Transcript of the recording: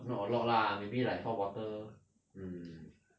not a lot lah maybe like four bottle mm